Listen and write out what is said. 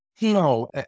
No